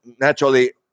naturally